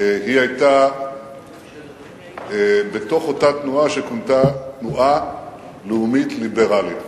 היא היתה בתוך אותה תנועה שכונתה תנועה לאומית ליברלית,